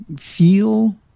feel